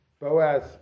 Boaz